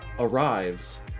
Arrives